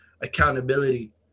accountability